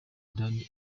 dani